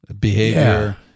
Behavior